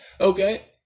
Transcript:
Okay